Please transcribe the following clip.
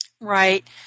Right